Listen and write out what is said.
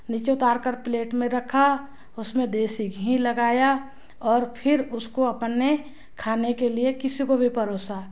नीचे उतार कर प्लेट में रखा उसमें देशी घी लगाया और फिर उसको अपन ने खाने के लिए किसी को भी परोसा